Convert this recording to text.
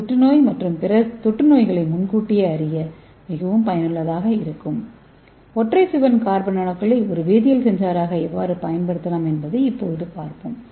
புற்றுநோய் மற்றும் பிற தொற்று நோய்களை முன்கூட்டியே கண்டறிய இது பயனுள்ளதாக இருக்கும் ஒற்றை சுவர் கார்பன் நானோகுழாய்களை ஒரு வேதியியல் சென்சாராக எவ்வாறு பயன்படுத்தலாம் என்பதை இப்போது பார்ப்போம்